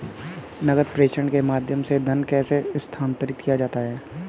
नकद प्रेषण के माध्यम से धन कैसे स्थानांतरित किया जाता है?